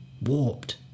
Warped